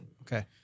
Okay